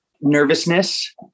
nervousness